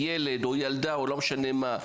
ילד או ילדה או לא משנה מה,